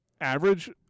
average—